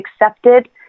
accepted